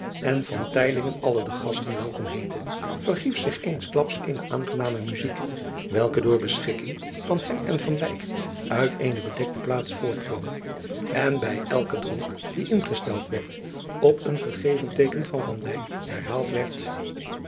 en alle de gasten welkom heette verhief zich eensklaps eene aangename muzijk welke door beschikking van hem en uit eene bedekte plaats voortkwam en bij elken dronk die ingesteld werd op een gegeven teeken van herhaald